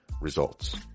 results